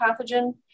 pathogen